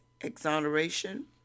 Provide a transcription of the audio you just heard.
exoneration